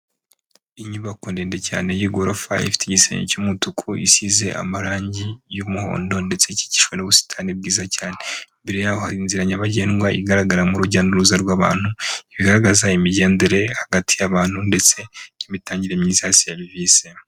Inyubako ndende cyane y'igorofa ifite igisenge cy'umutuku isize amarangi y'umuhondo ndetse ikikijwe n'ubusitani bwiza cyane. Imbere y'aho hari inzira nyabagendwa igaragaramo urujya n'uruza rw'abantu. Iba igaragaza imigendere hagati y'abantu ndetse n'imitangire myiza ya serivisi.